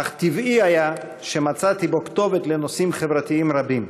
אך טבעי היה שמצאתי בו כתובת לנושאים חברתיים רבים,